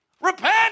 Repent